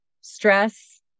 stress